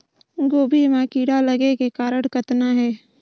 गोभी म कीड़ा लगे के कारण कतना हे?